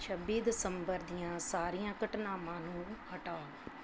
ਛੱਬੀ ਦਸੰਬਰ ਦੀਆਂ ਸਾਰੀਆਂ ਘਟਨਾਵਾਂ ਨੂੰ ਹਟਾਓ